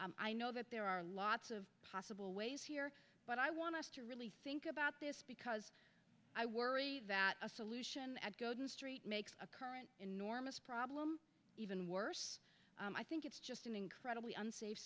i know that there are lots of possible ways here but i want us to really think about this because i worry that a solution at golden street makes a curse an enormous problem even worse i think it's just an incredibly unsafe